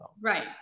Right